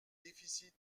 déficit